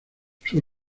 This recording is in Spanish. sus